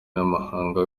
n’amahanga